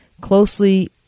closely